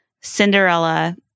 Cinderella